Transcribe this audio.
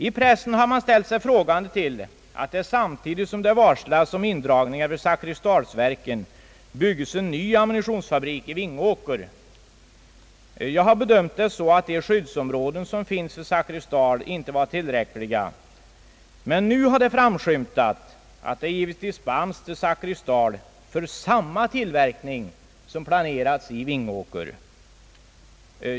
I pressen har man ställt sig frågande till att det, samtidigt som indragningar varslats vid Zakrisdalsverken, byggs en ny ammunitionsfabrik i Vingåker. Jag har bedömt det så att de skyddsområden som finns vid Zakrisdal inte var tillräckliga, men nu har det framskymtat att det givits dispens till Zakrisdal för samma tillverkning som den vilken planerats i Vingåker.